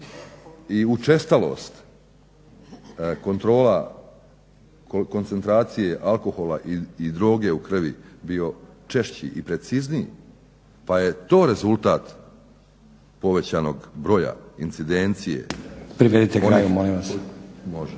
i učestalost kontrola koncentracije alkohola i droge u krvi bio češći i precizniji pa je to rezultat povećanog broja incidencije. … /Upadica: Privedite kraju./ … Može.